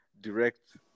direct